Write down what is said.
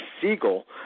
Siegel